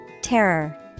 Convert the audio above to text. Terror